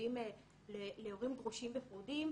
להורים גרושים ופרודים,